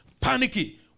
Panicky